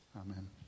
Amen